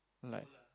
like